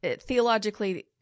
theologically